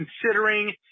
considering